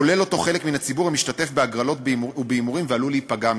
כולל אותו חלק מהציבור המשתתף בהגרלות ובהימורים ועלול להיפגע מכך".